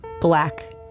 black